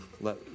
Let